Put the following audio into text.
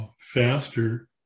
faster